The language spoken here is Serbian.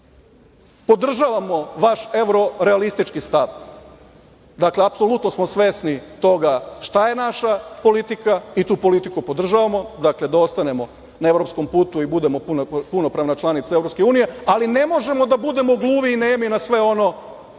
održali. Podržavamo vaš evrorealistički stav. Dakle, apsolutno smo svesni toga šta je naša politika i tu politiku podržavamo, dakle da ostanemo na evropskom putu i budemo punopravna članica EU, ali ne možemo da budemo gluvi i nemi na sve ono